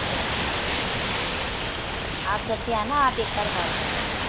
yes ma'am ठीक है आप जब भी आना आप एक बार कॉल कर लेना